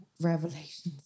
revelations